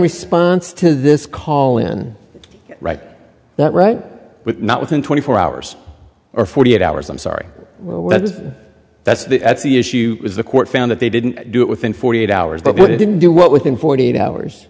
response to this call in right that right but not within twenty four hours or forty eight hours i'm sorry well that's the that's the issue was the court found that they didn't do it within forty eight hours but it didn't do what within forty eight hours